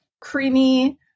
creamy